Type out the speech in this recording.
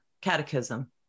catechism